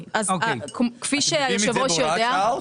אתם רוצים את זה בהוראת שעה?